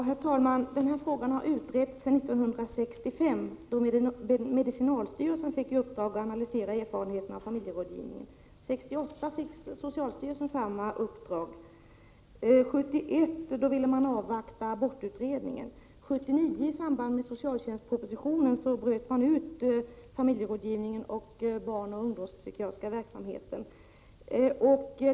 Herr talman! Den här frågan har utretts sedan 1965, då medicinalstyrelsen fick i uppdrag att analysera erfarenheterna från familjerådgivningen. År 1968 fick socialstyrelsen samma uppdrag. År 1971 ville man avvakta abortutredningens arbete. År 1979, i samband med socialtjänstpropositionen, bröt man ut familjerådgivningen samt den barnoch ungdomspsykiatriska verksamheten.